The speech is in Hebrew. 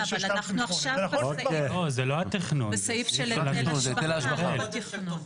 זה סעיף של היטל השבחה, לא תכנון.